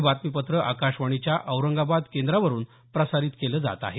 हे बातमीपत्र आकाशवाणीच्या औरंगाबाद केंद्रावरून प्रसारित केलं जात आहे